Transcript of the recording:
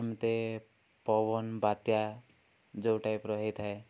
ଏମିତି ପବନ ବାତ୍ୟା ଯେଉଁ ଟାଇପ୍ର ହେଇଥାଏ